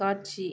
காட்சி